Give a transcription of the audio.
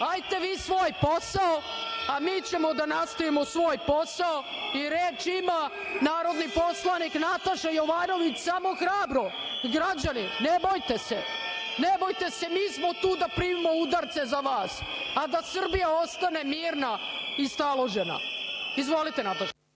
ajte vi svoj posao, a mi ćemo da nastavimo svoj posao. Reč ima narodni poslanik Nataša Jovanović. Samo hrabro, građani ne bojte, ne bojte se, mi smo tu da primamo udarce za vas, a da Srbija ostane mirna i staložena. Izvolite. **Nataša